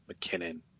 McKinnon